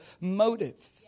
motive